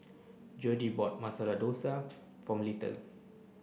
Jodie bought Masala Dosa for